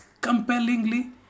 compellingly